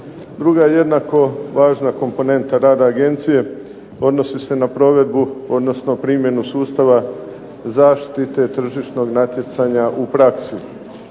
Druga jednako važna komponenta rada agencije, odnosi se na provedbu, odnosno primjenu sustava zaštite tržišnog natjecanja u praksi.